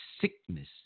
sickness